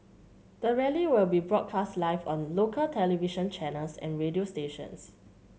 the rally will be broadcast live on local television channels and radio stations